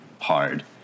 hard